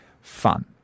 fun